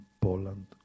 Poland